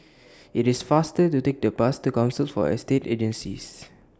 IT IS faster to Take The Bus to Council For Estate Agencies